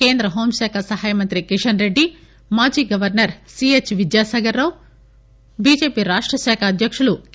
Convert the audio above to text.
కేంద్ర హోంశాఖ సహాయ మంత్రి కిషన్ రెడ్డి మాజీ governor CH Vidyasagar Rao BJP రాష్ట అధ్యకుడు కె